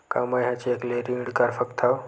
का मैं ह चेक ले ऋण कर सकथव?